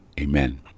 Amen